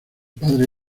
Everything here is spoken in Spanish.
padre